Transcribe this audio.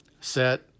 Set